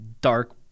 dark